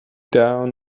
down